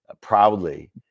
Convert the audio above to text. proudly